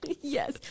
Yes